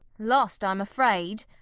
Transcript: lost, i'm afraid.